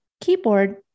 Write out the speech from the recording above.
keyboard